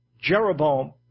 Jeroboam